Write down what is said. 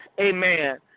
Amen